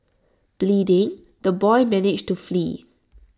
bleeding the boy managed to flee